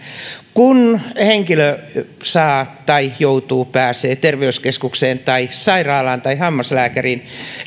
tapaus jossa henkilö joutuu tai pääsee terveyskeskukseen tai sairaalaan tai hammaslääkäriin